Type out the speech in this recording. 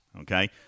okay